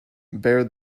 bear